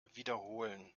wiederholen